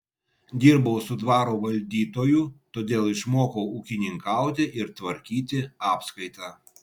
dirbau su dvaro valdytoju todėl išmokau ūkininkauti ir tvarkyti apskaitą